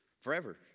forever